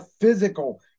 Physical